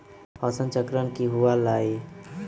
फसल चक्रण की हुआ लाई?